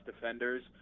defenders